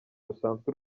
rusanzwe